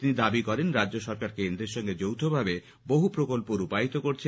তিনি দাবি করেন রাজ্য সরকার কেন্দ্রের সঙ্গে যৌথভাবে বহু প্রকল্প রূপায়িত করছে